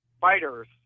fighters